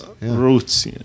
roots